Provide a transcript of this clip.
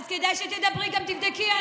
אז כדאי שתדברי, גם תבדקי.